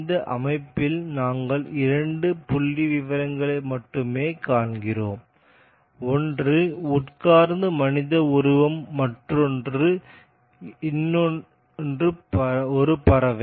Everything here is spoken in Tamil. இந்த அமைப்பில் நாங்கள் இரண்டு புள்ளிவிவரங்களை மட்டுமே காண்கிறோம் ஒன்று உட்கார்ந்த மனித உருவம் மற்றும் இன்னொன்று ஒரு பறவை